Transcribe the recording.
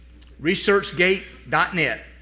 researchgate.net